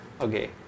Okay